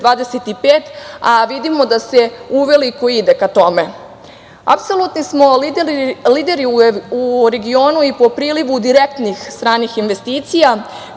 2025“, a vidimo da se uveliko ide ka tome. Apsolutni smo lideri u regionu i po prilivu direktnih stranih investicija